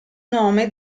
nome